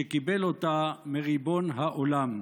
שקיבל אותה מריבון העולם.